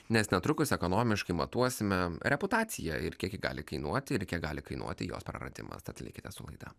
nes netrukus ekonomiškai matuosime reputaciją ir kiek ji gali kainuoti ir kiek gali kainuoti jos praradimas tad likite su laida